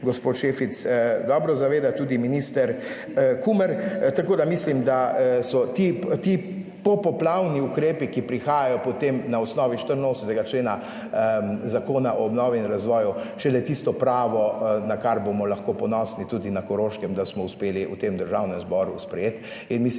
gospod Šefic dobro zaveda, tudi minister Kumer, tako da mislim, da so ti popoplavni ukrepi, ki prihajajo potem na osnovi 84. člena Zakona o obnovi in razvoju, šele tisto pravo na kar bomo lahko ponosni tudi na Koroškem, da smo uspeli v tem Državnem zboru sprejeti